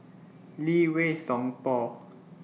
Lee Wei Song Paul